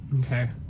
Okay